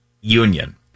union